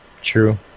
true